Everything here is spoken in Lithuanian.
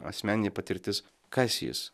asmeninė patirtis kas jis